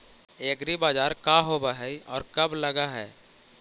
एग्रीबाजार का होब हइ और कब लग है?